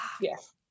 Yes